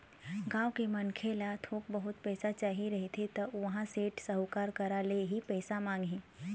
गाँव के मनखे ल थोक बहुत पइसा चाही रहिथे त ओहा सेठ, साहूकार करा ले ही पइसा मांगही